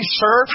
sir